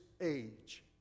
age